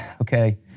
okay